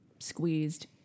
squeezed